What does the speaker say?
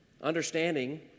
understanding